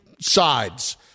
sides